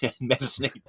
medicine